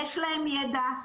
יש להם ידע,